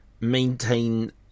Maintain